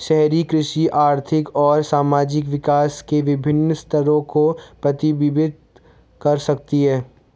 शहरी कृषि आर्थिक और सामाजिक विकास के विभिन्न स्तरों को प्रतिबिंबित कर सकती है